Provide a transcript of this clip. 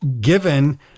given